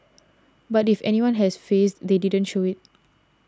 but if anyone has fazed they didn't show it